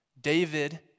David